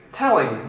telling